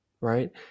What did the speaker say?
right